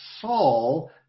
Saul